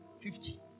Fifty